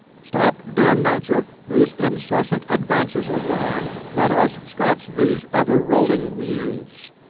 stop, dear nature, these incessant advances of thine let us scotch these ever-rolling wheels!